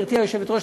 גברתי היושבת-ראש,